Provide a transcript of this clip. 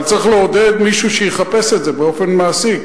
אבל צריך לעודד מישהו שיחפש את זה באופן מעשי,